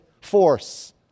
force